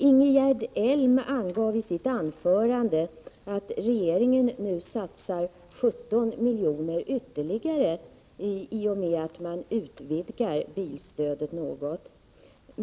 Herr talman! Ingegerd Elm sade att regeringen nu satsar 17 miljoner ytterligare, i och med att man utvidgar bilstödet något.